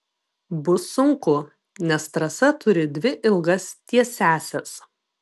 bus sunku nes trasa turi dvi ilgas tiesiąsias